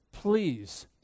Please